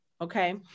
okay